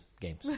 games